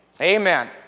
Amen